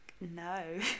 no